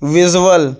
visual